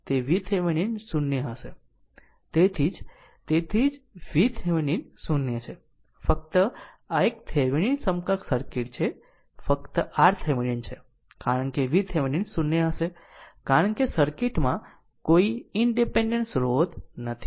તેથી VThevenin 0 હશે તેથી તેથી જ VThevenin 0 છે ફક્ત આ એક થેવેનિન સમકક્ષ સર્કિટ છે ફક્ત RThevenin છે કારણ કે VThevenin 0 હશે કારણ કે સર્કિટ માં કોઈ ઇનડીપેન્ડેન્ટ સ્રોત નથી